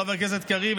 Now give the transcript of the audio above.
חבר הכנסת קריב,